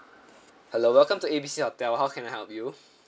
hello welcome to A B C hotel how can I help you